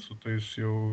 su tais jau